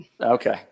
okay